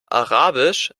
arabisch